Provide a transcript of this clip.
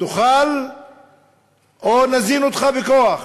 תאכל או נזין אותך בכוח.